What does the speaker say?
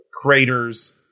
craters